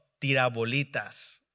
tirabolitas